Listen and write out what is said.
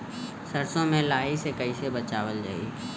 सरसो में लाही से कईसे बचावल जाई?